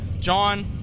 John